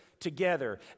together